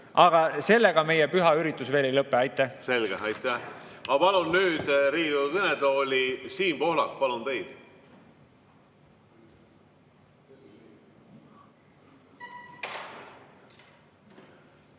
Aga sellega meie püha üritus veel ei lõppe. Aitäh! Selge, aitäh! Ma palun nüüd Riigikogu kõnetooli Siim Pohlaku. Palun teid!